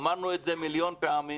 אמרנו את זה מיליון פעמים